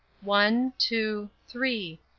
one two three.